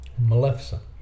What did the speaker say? Maleficent